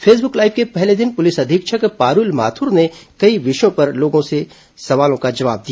Facebook live के पहले दिन पुलिस अधीक्षक पारूल माथुर ने कई विषयों पर लोगों के सवालों का जवाव दिया